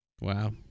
Wow